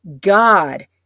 God